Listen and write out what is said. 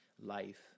life